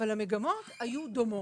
אבל המגמות היו דומות,